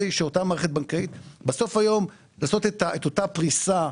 שאותה מערכת בנקאית תעשה את אותה פריסה,